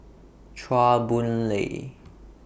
Chua Boon Lay